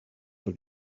for